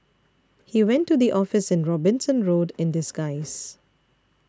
he went to the office in Robinson Road in disguise